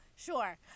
Sure